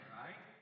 right